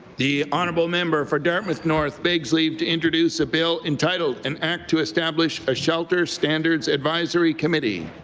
the honourable member for dartmouth north begs leave to introduce a bill entitled an act to establish a shelter standards advisory committee.